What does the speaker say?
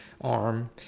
arm